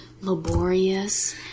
laborious